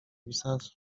ibisasu